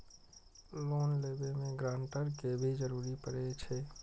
Loan लेबे में grantor के भी जरूरी परे छै?